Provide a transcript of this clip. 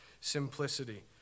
simplicity